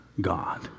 God